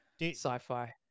sci-fi